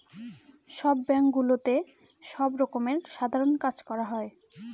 সব ব্যাঙ্কগুলোতে সব রকমের সাধারণ কাজ করা হয়